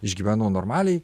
išgyvenau normaliai